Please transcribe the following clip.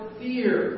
fear